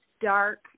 dark